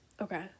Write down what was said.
okay